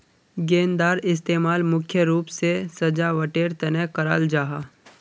गेंदार इस्तेमाल मुख्य रूप से सजावटेर तने कराल जाहा